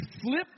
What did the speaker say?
flip